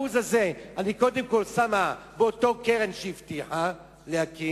האלה אני קודם כול שמה בקרן שהיא הבטיחה להקים.